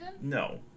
No